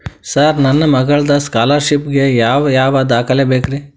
Sir ನನ್ನ ಮಗ್ಳದ scholarship ಗೇ ಯಾವ್ ಯಾವ ದಾಖಲೆ ಬೇಕ್ರಿ?